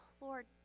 Lord